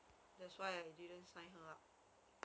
that's why I didn't sign her up